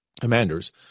commanders